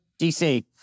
DC